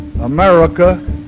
America